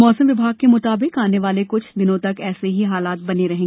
मौसम विभाग के म्ताबिक आने वाले क्छ दिनों तक ऐसे ही हालात बने रहें